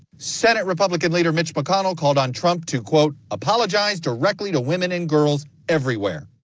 senate republican leader mitch mcconnell called on trump to, quote, apologize directly to women and girls everywhere.